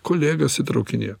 kolegas įtraukinėt